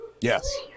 Yes